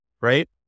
right